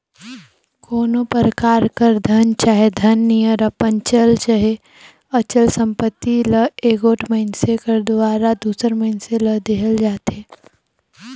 कोनो परकार कर धन चहे धन नियर अपन चल चहे अचल संपत्ति ल एगोट मइनसे कर दुवारा दूसर मइनसे ल देहल जाथे